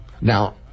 Now